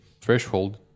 threshold